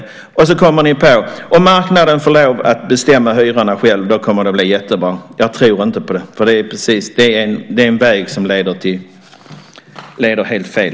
Sedan kommer ni på att om marknaden får lov att bestämma hyrorna kommer det att bli jättebra. Det tror jag inte på. Det är en väg som leder helt fel.